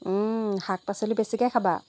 শাক পাচলি বেচিকৈ খাবা